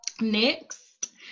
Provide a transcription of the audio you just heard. Next